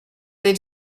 they